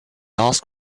ask